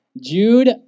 Jude